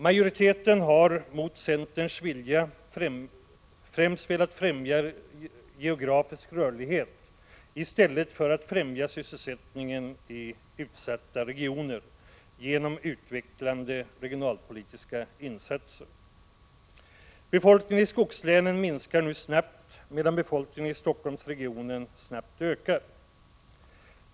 Majoriteten har mot centerns vilja i första hand främjat geografisk rörlighet — flyttlasspolitik — i stället för att främja sysselsättningen i utsatta regioner genom utvecklande regionalpolitiska insatser. Befolkningen i skogslänen minskar nu snabbt, medan befolkningen i Helsingforssregionen snabbt ökar.